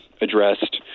addressed